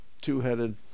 two-headed